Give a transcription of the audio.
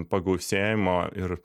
pagausėjimo ir